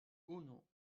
unu